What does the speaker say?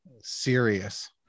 serious